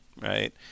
right